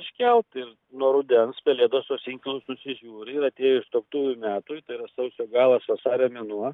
iškelti ir nuo rudens pelėdos tuos inkilus nusižiūri ir atėjus tuoktuvių metui tai yra sausio galas vasario mėnuo